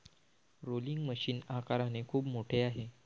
rolling machine आकाराने खूप मोठे आहे